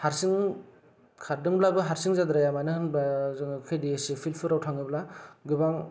हारसिं खारदोंब्लाबो हारसिं जाद्राया मानो होनोब्ला जों के दि एस ए फिलफोराव थाङोब्ला गोबां